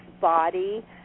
body